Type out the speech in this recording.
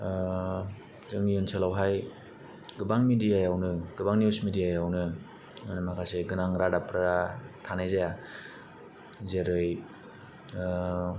ओ जोंनि ओनसोलावहाय गोबां मिडियायावनो गोबां निउस मिडियायावनो माखासे गोनां रादाबफोरा थानाय जाया जेरै ओ